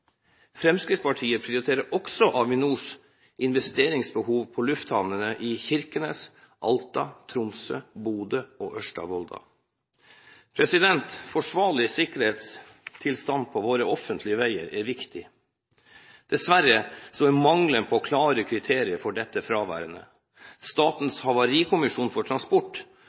Fremskrittspartiet prioriterer også Avinors investeringsbehov på lufthavnene i Kirkenes, Alta, Tromsø, Bodø og Ørsta-Volda. Forsvarlig sikkerhet på våre offentlige veier er viktig. Dessverre er det mangel på klare kriterier for dette – de er fraværende. Statens havarikommisjon for transport